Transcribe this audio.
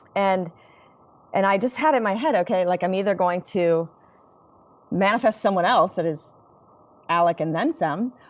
and and i just had in my head, okay, like i'm either going to manifest someone else that is alec and then some,